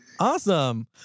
Awesome